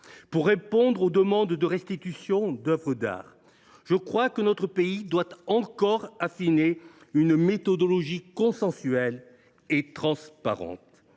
Pour répondre aux demandes de restitutions d’œuvres d’art, je crois que notre pays doit encore affiner une méthodologie consensuelle et transparente.